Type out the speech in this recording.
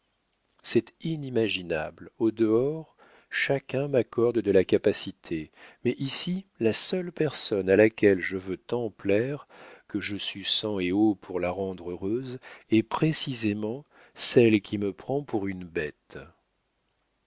c'est inimaginable au dehors chacun m'accorde de la capacité mais ici la seule personne à laquelle je veux tant plaire que je sue sang et eau pour la rendre heureuse est précisément celle qui me prend pour une bête